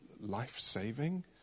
life-saving